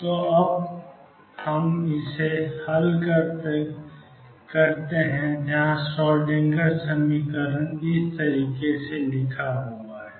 तो अब हम इसे हल करते हैं जहां श्रोडिंगर समीकरण लिखते हैं